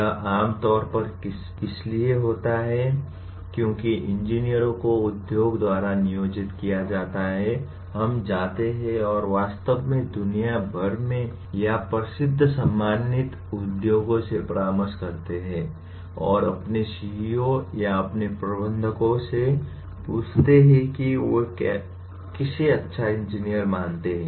यह आम तौर पर इसलिए होता है क्योंकि इंजीनियरों को उद्योगों द्वारा नियोजित किया जाता है हम जाते हैं और वास्तव में दुनिया भर में या प्रसिद्ध सम्मानित उद्योगों से परामर्श करते हैं और अपने सीईओ या अपने प्रबंधकों से पूछते हैं कि वे किसे अच्छा इंजीनियर मानते हैं